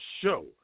show